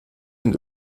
und